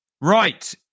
right